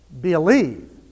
Believe